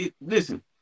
Listen